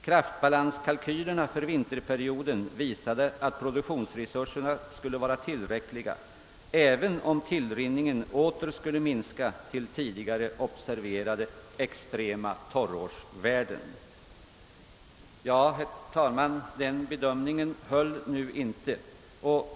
Kraftbalanskalkylerna för vinterperioden visade att produktionsresurserna skulle vara tillräckliga, även om tillrinningen åter skulle minska till tidigare observerade extrema torrårsvärden.> Den bedömningen höll nu inte.